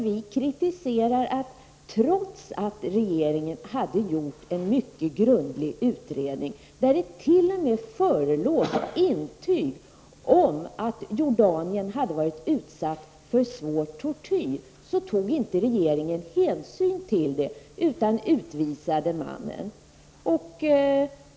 Vi kritiserar att trots att regeringen hade gjort en mycket grundlig utredning, där det t.o.m. förelåg intyg om att jordaniern hade varit utsatt för svår tortyr, så tog inte regeringen hänsyn till det, utan utvisade mannen.